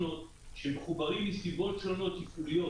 שמחוברים מסיבות שונות עם חוליות